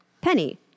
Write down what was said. Penny